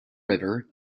river